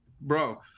Bro